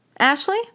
Ashley